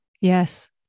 Yes